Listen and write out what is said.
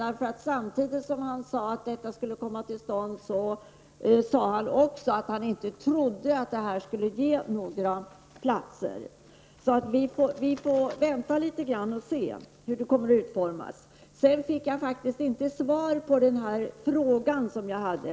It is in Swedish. Samtidigt som Bengt Lindqvist sade att detta nu skulle komma till stånd sade han också att han inte trodde att förslaget skulle innebära att det tillkom några ytterligare platser inom barnomsorgen. Vi får vänta litet grand och se hur det hela kommer att utformas. Jag fick inget svar på den fråga som jag hade.